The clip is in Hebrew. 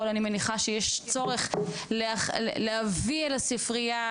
אני מניחה שיש צורך להביא אל הספרייה,